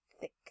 thick